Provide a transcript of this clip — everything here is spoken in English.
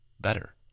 better